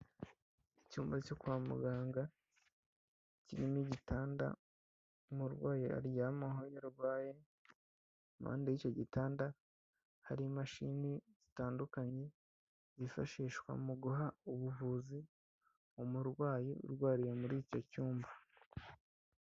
Icyumba cyo kwa muganga kirimo igitanda umurwayi aryamaho iyo arwaye, impande y'icyo gitanda hari imashini zitandukanye zifashishwa mu guha ubuvuzi, umurwayi urwariye muri icyo cyumba.